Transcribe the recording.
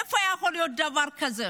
איפה יכול להיות דבר כזה?